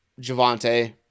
Javante